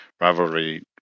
rivalry